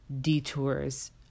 detours